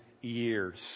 years